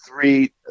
three